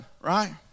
right